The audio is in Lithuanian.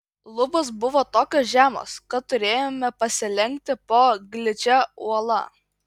lubos buvo tokios žemos kad turėjome pasilenkti po gličia uola